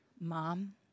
mom